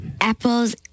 Apples